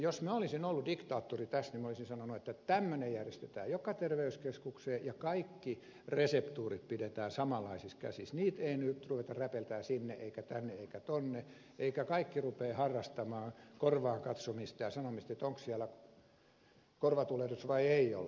jos minä olisin ollut diktaattori tässä niin olisin sanonut että tämmöinen järjestetään joka terveyskeskukseen ja kaikki reseptuurit pidetään samanlaisissa käsissä niitä ei nyt ruveta räpeltämään sinne eikä tänne eikä tuonne eivätkä kaikki rupea harrastamaan korvaan katsomista ja sanomaan onko siellä korvatulehdus vai ei ole